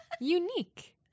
Unique